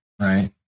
right